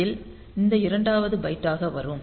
இது இந்த இரண்டாவது பைட்டாக வரும்